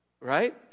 Right